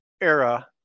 era